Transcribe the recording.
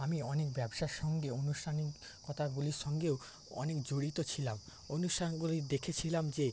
আমি অনেক ব্যবসার সঙ্গে আনুষ্ঠানিক কথাগুলির সঙ্গেও অনেক জড়িত ছিলাম অনুষ্ঠানগুলি দেখেছিলাম যে